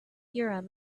urim